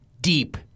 deep